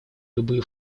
любые